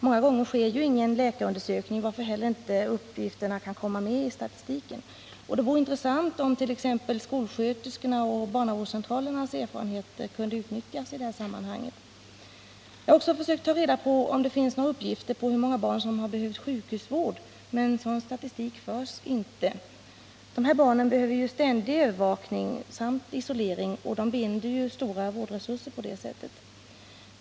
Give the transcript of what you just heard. Många gånger sker ingen läkarundersökning, varför heller inte uppgifterna kan komma med i statistiken. Det vore intressant om t.ex. skolsköterskornas och barnavårdscentralernas erfarenheter kunde utnyttjas i det här sammanhanget. Jag har också försökt ta reda på om det finns några uppgifter på hur många barn som behövt sjukhusvård, men sådan statistik förs inte. Dessa barn behöver ju ständig övervakning samt isolering, och de binder därför stora vårdresurser.